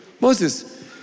Moses